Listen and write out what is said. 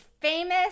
famous